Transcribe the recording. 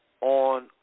on